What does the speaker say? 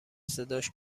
صداش